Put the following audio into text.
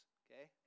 okay